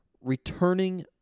returning